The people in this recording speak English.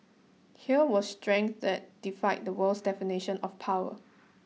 here was strength that defied the world's definition of power